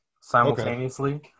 simultaneously